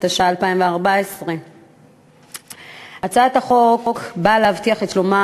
התשע"ה 2014. הצעת החוק באה להבטיח את שלומם